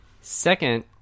Second